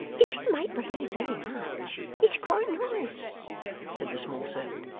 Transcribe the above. if you make believe very much, it's quite nice said the small servant,